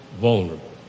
vulnerable